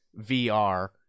VR